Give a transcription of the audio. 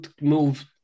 move